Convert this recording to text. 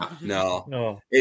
No